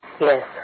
Yes